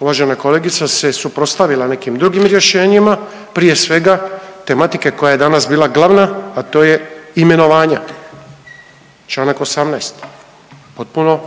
Uvažena kolegica se suprotstavila nekim drugim rješenjima, prije svega tematike koja je danas bila glavna, a to je imenovanja, Članak 18. Potpuno